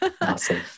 Awesome